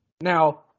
Now